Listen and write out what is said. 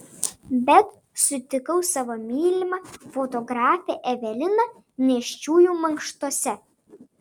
bet sutikau savo mylimą fotografę eveliną nėščiųjų mankštose